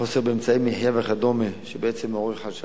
חוסר באמצעי מחיה וכדומה, מה שבעצם מעורר חשש